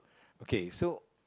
okay so